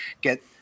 get